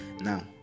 now